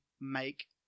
make